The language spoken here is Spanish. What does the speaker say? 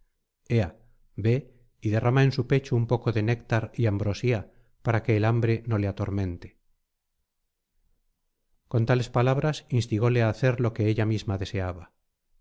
ve y derrama en su pecho un poco de néctar y ambrosía para que el hambre no le atormente con tales palabras instigóle á hacer lo que ella misma deseaba